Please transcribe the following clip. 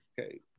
Okay